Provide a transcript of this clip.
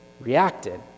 reacted